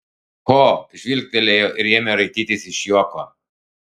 ho žvilgtelėjo ir ėmė raitytis iš juoko